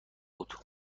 بود